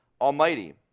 Almighty